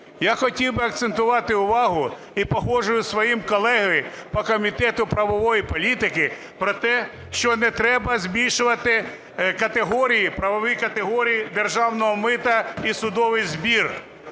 я хотів би акцентувати увагу і погоджуюсь із своїм колегою по Комітету правової політики про те, що не треба збільшувати категорії, правові категорії державного мита і судовий збір.